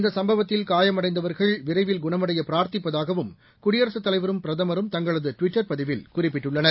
இந்த சும்பவத்தில் காயமடைந்தவர்கள் விரைவில் குணமடைய பிரார்த்திப்பதாகவும் குடியரசுத் தலைவரும் பிரதமரும் தங்களது ட்விட்டர் பதிவில் குறிப்பிட்டுள்ளனர்